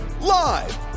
live